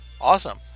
Awesome